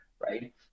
right